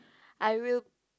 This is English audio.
I will